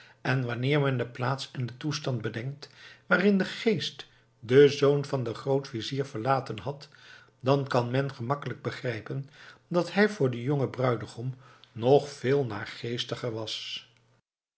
en wanneer men de plaats en den toestand bedenkt waarin de geest den zoon van den grootvizier verlaten had dan kan men gemakkelijk begrijpen dat hij voor den jongen bruigom nog veel naargeestiger was